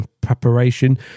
preparation